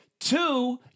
Two